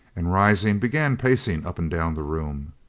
and, rising, began pacing up and down the room.